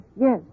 yes